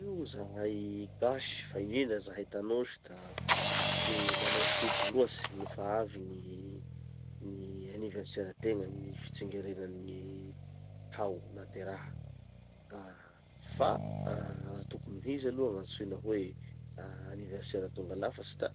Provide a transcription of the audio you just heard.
Io zahay gasy fa indrindra zahay tanosy da tsy de manao fety loatsy nofa avy gny anniversera-tegna gny fitsingerenan'ny gny tao nateraha. Ah fa raha tokony ho izy aloha gn'antsoina hoe anniversera tonga fafatsy da